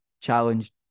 challenge